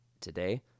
Today